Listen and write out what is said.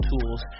tools